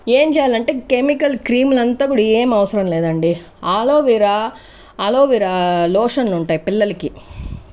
ఏం చేయాలంటే కెమికల్ క్రీమ్లంతా కూడా ఎం అవసరం లేదండి అలోవెరా అలోవెరా లోషన్లు ఉంటాయి పిల్లలకి